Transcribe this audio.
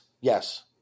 Yes